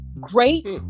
Great